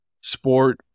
sport